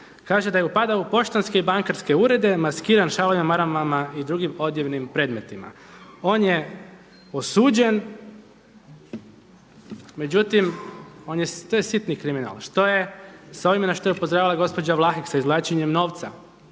Kaže da je upadao u poštanske i bankarske urede, maskiran šalovima, maramama, on je osuđen međutim to je sitni kriminalac. Što je s ovime na što je upozoravala gospođa Vlahek sa izvlačenjem novca?